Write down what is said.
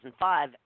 2005